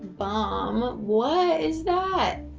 bomb. what is that?